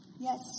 Yes